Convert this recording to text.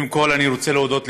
יחיא וכן הלאה, לפי הרשימה.